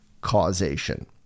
causation